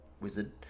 wizard